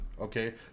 Okay